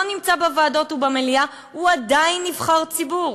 נמצא בוועדות או במליאה הוא עדיין נבחר ציבור,